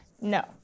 no